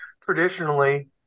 traditionally